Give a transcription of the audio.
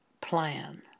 plan